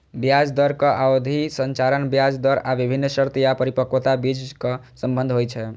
ब्याज दरक अवधि संरचना ब्याज दर आ विभिन्न शर्त या परिपक्वताक बीचक संबंध होइ छै